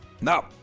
No